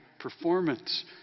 performance